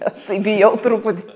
aš tai bijau truputį